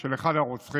של אחד הרוצחים,